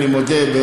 אני מודה,